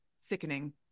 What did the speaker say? sickening